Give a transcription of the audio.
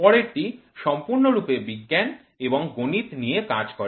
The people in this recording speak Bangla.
পরেরটি সম্পূর্ণরূপে বিজ্ঞান এবং গণিত নিয়ে কাজ করে